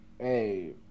Hey